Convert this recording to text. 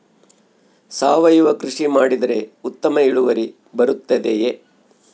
ಸಾವಯುವ ಕೃಷಿ ಮಾಡಿದರೆ ಉತ್ತಮ ಇಳುವರಿ ಬರುತ್ತದೆಯೇ?